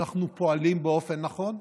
אנחנו פועלים באופן נכון.